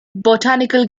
botanical